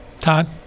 Todd